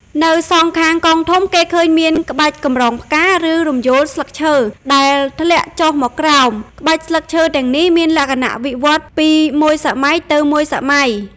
នៅសងខាងកងធំ គេឃើញមាន ក្បាច់កម្រងផ្កា ឬរំយោលស្លឹកឈើ ដែលធ្លាក់ចុះមកក្រោម ក្បាច់ស្លឹកឈើទាំងនេះមានលក្ខណៈវិវត្តន៍ពីមួយសម័យទៅមួយសម័យ។